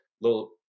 little